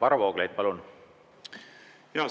Varro Vooglaid, palun!